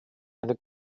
eine